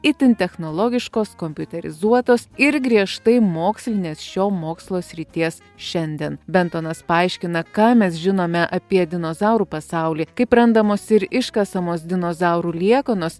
itin technologiškos kompiuterizuotos ir griežtai mokslinės šio mokslo srities šiandien bentonas paaiškina ką mes žinome apie dinozaurų pasaulį kaip randamos ir iškasamos dinozaurų liekanos